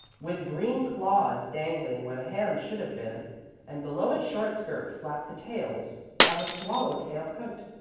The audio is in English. with green claws dangling where the hands should have been and below its short skirt flapped the tails of a swallow-tail coat.